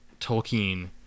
Tolkien